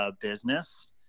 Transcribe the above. business